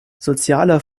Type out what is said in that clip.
sozialer